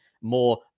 more